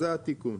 זה התיקון.